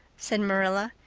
said marilla.